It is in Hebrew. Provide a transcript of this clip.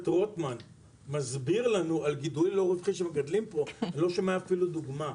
רוטמן מסביר לנו על גידול לא רווחי שמגדלים פה ולא שומע אפילו דוגמא,